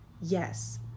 Yes